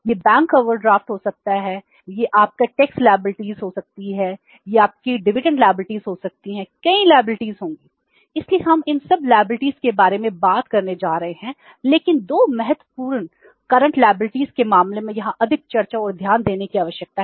यह bank overdraft के बारे में बात नहीं कर रहा हूं